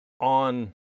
on